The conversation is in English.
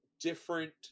different